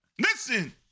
listen